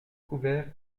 couvert